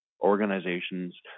organizations